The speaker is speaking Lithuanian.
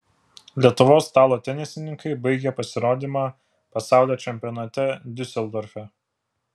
lietuvos stalo tenisininkai baigė pasirodymą pasaulio čempionate diuseldorfe